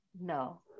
no